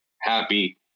happy